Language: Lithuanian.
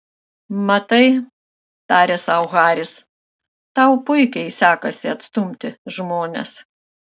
matai tarė sau haris tau puikiai sekasi atstumti žmones